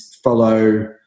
follow